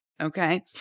Okay